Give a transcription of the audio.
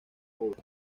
bóveda